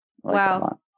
Wow